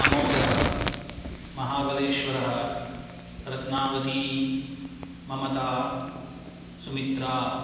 अमोदः महाबलेश्वरः रत्नावती ममता सुमित्रा